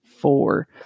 four